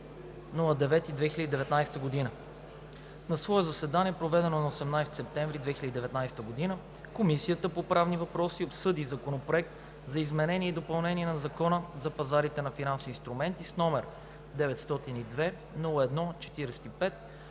2019 г. На свое заседание, проведено на 18 септември 2019 г., Комисията по правни въпроси обсъди Законопроект за изменение и допълнение на Закона за пазарите на финансови инструменти, № 902-01-45,